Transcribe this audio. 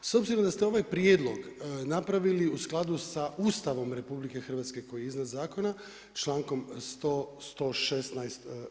S obzirom da ste ovaj prijedlog napravili u skladu sa Ustavom RH koji je iznad zakona člankom 116.